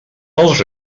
pels